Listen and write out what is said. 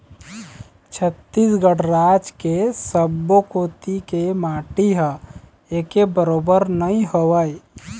छत्तीसगढ़ राज के सब्बो कोती के माटी ह एके बरोबर नइ होवय